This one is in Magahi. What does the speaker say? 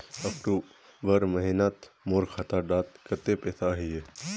अक्टूबर महीनात मोर खाता डात कत्ते पैसा अहिये?